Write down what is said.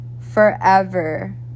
forever